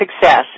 Success